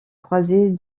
croiser